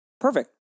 perfect